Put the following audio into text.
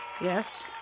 yes